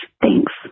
Thanks